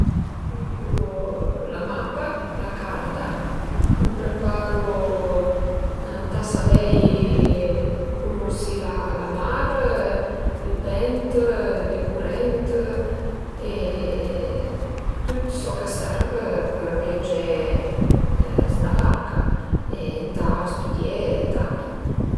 Stüdiu la mappa, la carta, më preparu, ëntà savei cunusi la mar, ël vent, le curent e tüt soch a serv për viagé s'na barca e ëntà stüdié tantu